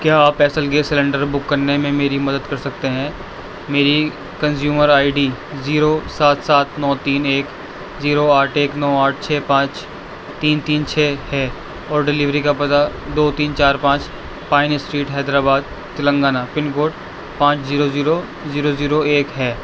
کیا آپ ایسے گیس سلنڈر بک کرنے میں میری مدد کر سکتے ہیں میری کنزیومر آئی ڈی زیرو سات سات نو تین ایک زیرو آٹھ ایک نو آٹھ چھ پانچ تین تین چھ ہے اور ڈیلیوری کا پتہ دو تین چار پانچ pine street Hyderabad Telangana pin code پانچ زیرو زیرو زیرو زیرو ایک ہے